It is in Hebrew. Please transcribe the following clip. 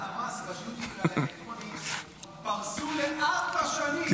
את המס בדיוטי פרי על האלקטרונית פרסו לארבע שנים,